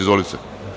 Izvolite.